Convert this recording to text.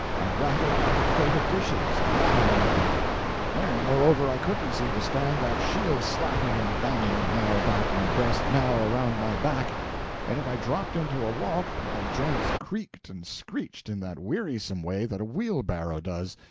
i rattled like a crate of dishes, and that annoyed me and moreover i couldn't seem to stand that shield slatting and banging, now about my breast, now around my back and if i dropped into a walk my joints creaked and screeched in that wearisome way that a wheelbarrow does,